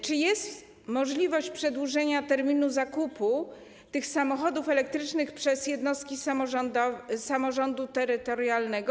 Czy jest możliwość przedłużenia terminu zakupu tych samochodów elektrycznych przez jednostki samorządu terytorialnego?